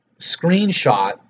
screenshot